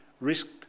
risked